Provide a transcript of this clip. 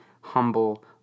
humble